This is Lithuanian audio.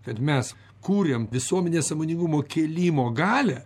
kad mes kūrėm visuomenės sąmoningumo kėlimo galią